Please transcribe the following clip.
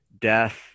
death